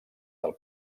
del